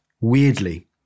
weirdly